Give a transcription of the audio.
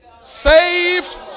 Saved